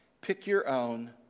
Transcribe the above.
pick-your-own